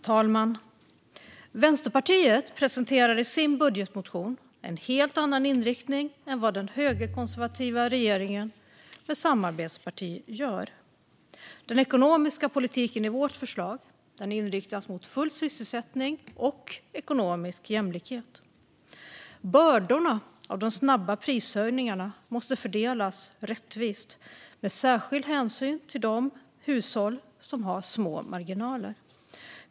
Fru talman! Vänsterpartiet presenterar i sin budgetmotion en helt annan inriktning än vad den högerkonservativa regeringen och deras samarbetsparti gör. Den ekonomiska politiken i vårt förslag inriktas mot full sysselsättning och ekonomisk jämlikhet. Bördorna av de snabba prishöjningarna måste fördelas rättvist med särskild hänsyn till de hushåll som har små marginaler.